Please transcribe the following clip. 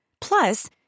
Plus